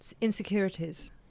insecurities